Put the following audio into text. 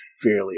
fairly